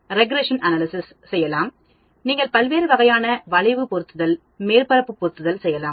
regression செய்யலாம் நீங்கள் பல்வேறு வகையான வளைவு பொருத்துதல் மேற்பரப்பு பொருத்துதல் செய்யலாம்